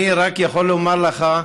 אני רק יכול לומר לך,